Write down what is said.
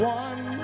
one